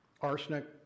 arsenic